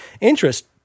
interest